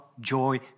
joy